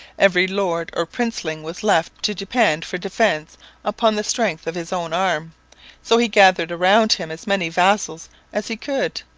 every lord or princeling was left to depend for defence upon the strength of his own arm so he gathered around him as many vassals as he could.